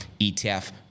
ETF